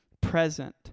present